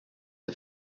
the